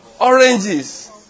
oranges